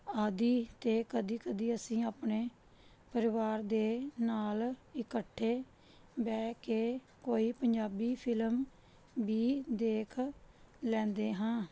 ਆਦਿ ਅਤੇ ਕਦੇ ਕਦੇ ਅਸੀਂ ਆਪਣੇ ਪਰਿਵਾਰ ਦੇ ਨਾਲ ਇਕੱਠੇ ਬਹਿ ਕੇ ਕੋਈ ਪੰਜਾਬੀ ਫਿਲਮ ਵੀ ਦੇਖ ਲੈਂਦੇ ਹਾਂ